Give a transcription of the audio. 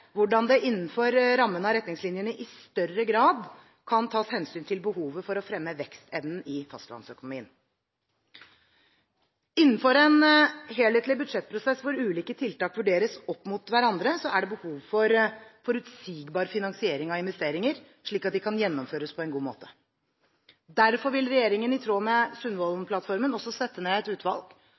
hvordan det innenfor rammene av retningslinjene i større grad kan tas hensyn til behovet for å fremme vekstevnen i fastlandsøkonomien. Innenfor en helhetlig budsjettprosess hvor ulike tiltak vurderes opp mot hverandre, er det behov for forutsigbar finansiering av investeringer, slik at de kan gjennomføres på en god måte. Derfor vil regjeringen i tråd med Sundvolden-plattformen også sette ned et utvalg